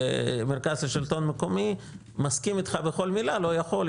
למרכז השלטון המקומי: מסכים איתך בכל מילה אבל לא יכול,